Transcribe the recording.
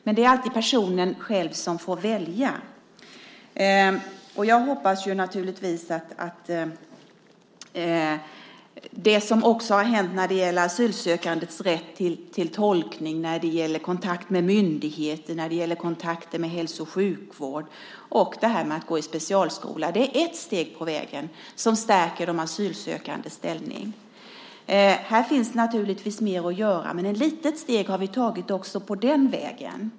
Men det är alltid personen själv som får välja. Jag hoppas att det som har hänt är ett steg på vägen som stärker de asylsökande ställning. Det gäller asylsökandes rätt till tolkning, när det gäller kontakt med myndigheter och kontakter med hälso och sjukvård och det här med att gå i specialskola. Här finns naturligtvis mer att göra, men ett litet steg har vi tagit också på den här vägen.